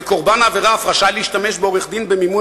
וקורבן העבירה אף רשאי להשתמש בעורך-דין במימון